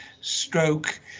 stroke